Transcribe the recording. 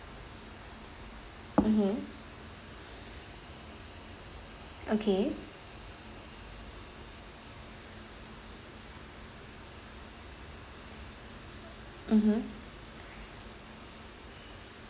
mmhmm okay mmhmm